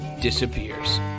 disappears